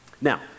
Now